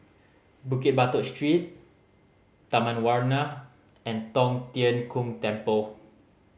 Bukit Batok Street Taman Warna and Tong Tien Kung Temple